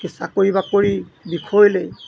চাকৰি বাকৰি বিষয়লৈ